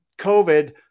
covid